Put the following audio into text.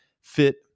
fit